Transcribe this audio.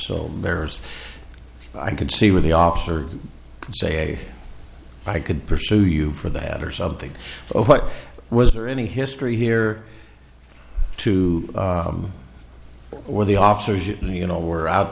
so there's i can see where the officer could say i could pursue you for that or something so what was there any history here to where the officers you know were out